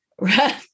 Right